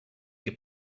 your